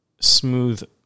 smooth